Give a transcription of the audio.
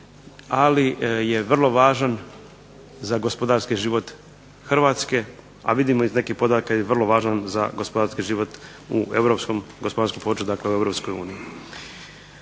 ali je vrlo važan za gospodarski život Hrvatske, a vidimo iz nekih podataka vrlo važan za gospodarski život u europskom gospodarskom području dakle u EU.